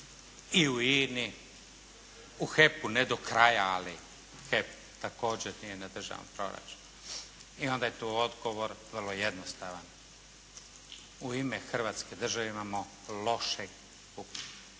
i u INA-i, u HEP-u ne do kraja ali HEP također nije na državnom proračunu. I onda je tu odgovor vrlo jednostavan. U ime Hrvatske države imamo lošeg